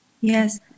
Yes